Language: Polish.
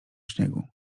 śniegu